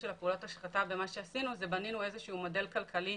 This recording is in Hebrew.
פעולות ההשחתה זה שבנינו מודל כלכלי,